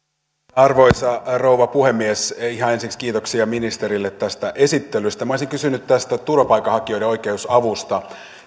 arvoisa rouva puhemies ihan ensiksi kiitoksia ministerille tästä esittelystä olisin kysynyt turvapaikanhakijoiden oikeusavusta